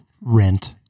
Rent